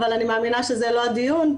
אבל אני מאמינה שזה לא הדיון,